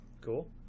Cool